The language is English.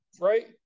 right